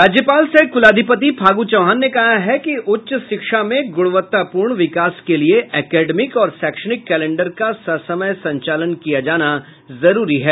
राज्यपाल सह कुलाधिपति फागू चौहान ने कहा है कि उच्च शिक्षा में गुणवत्तापूर्ण विकास के लिये एकेडमिक और शैक्षणिक कैलेण्डर का ससमय संचालन किया जाना जरूरी है